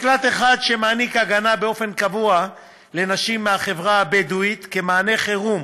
מקלט אחד שנותן הגנה באופן קבוע לנשים מהחברה הבדואית כמענה חירום